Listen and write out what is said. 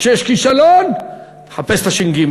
כשיש כישלון, תחפש את הש"ג.